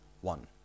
one